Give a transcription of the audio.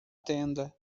tenda